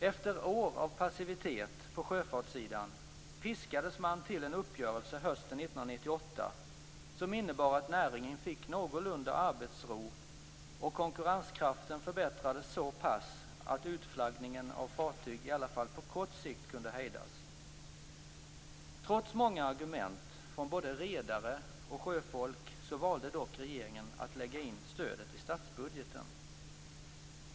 Efter år av passivitet på sjöfartssidan piskades man till en uppgörelse hösten 1998 som innebar att näringen fick någorlunda arbetsro, och konkurrenskraften förbättrades så pass att utflaggningen av fartyg i alla fall på kort sikt kunde hejdas. Trots många argument från både redare och sjöfolk valde dock regeringen att lägga in stödet i statsbudgeten.